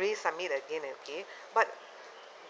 resubmit again and again but